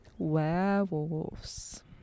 Werewolves